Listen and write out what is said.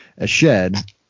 Ashed